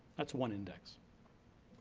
that's one index.